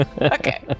Okay